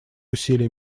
усилия